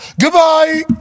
Goodbye